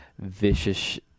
vicious